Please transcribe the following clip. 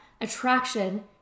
attraction